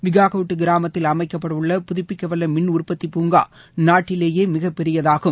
விகாகோட் கிராமத்தில் அமைக்கப்பட உள்ள புதப்பிக்கவல்ல மின் உற்பத்தி பூங்கா நாட்டிலேயே மிகப்பெரியதாகும்